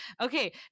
Okay